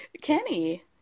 Kenny